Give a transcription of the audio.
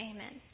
Amen